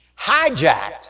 hijacked